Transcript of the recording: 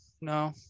no